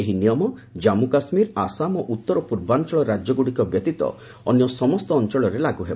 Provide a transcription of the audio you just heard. ଏହି ନିୟମ ଜାନ୍ମୁ କାଶ୍ମୀର ଆସାମ ଓ ଉତ୍ତର ପୂର୍ବାଞ୍ଚଳ ରାଜ୍ୟଗୁଡ଼ିକ ବ୍ୟତୀତ ଅନ୍ୟ ସମସ୍ତ ଅଞ୍ଚଳରେ ଳାଗୁ ହେବ